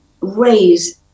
raise